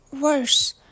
worse